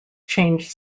changed